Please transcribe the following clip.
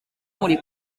muri